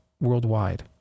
worldwide